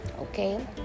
okay